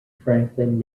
franklin